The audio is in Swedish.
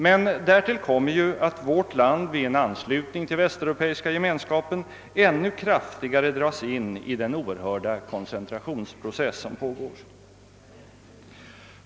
Men därtill kommer att vårt land vid en anslutning till Västeuropeiska gemenskapen ännu kraftigare dras in i den oerhörda koncentrationsprocess som pågår.